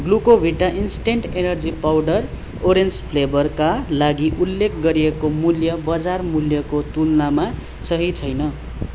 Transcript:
Glucovita instant energy powder orange फ्लेभरका लागि उल्लेख गरिएको मूल्य बजार मूल्यको तुलनामा सही छैन